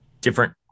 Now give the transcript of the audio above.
different